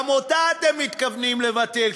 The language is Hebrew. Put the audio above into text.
גם אותה אתם מתכוונים לבטל,